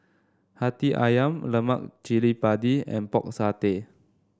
hati ayam Lemak Cili Padi and Pork Satay